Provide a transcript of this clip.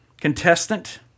contestant